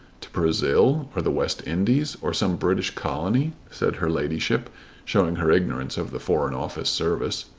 to brazil, or the west indies, or some british colony, said her ladyship showing her ignorance of the foreign office service.